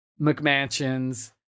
McMansions